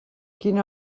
quina